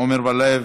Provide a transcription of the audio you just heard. עמר בר-לב,